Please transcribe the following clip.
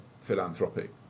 philanthropic